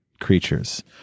creatures